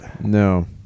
No